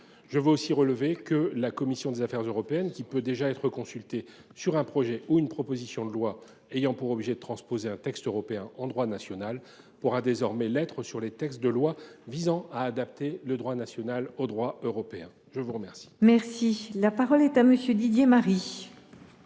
Je veux aussi relever que la commission des affaires européennes, qui peut déjà être consultée sur un projet de loi ou une proposition de loi ayant pour objet de transposer un texte européen en droit national, pourra désormais l’être sur les textes de loi visant à adapter le droit national au droit européen. La parole est à M. Didier Marie,